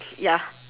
ya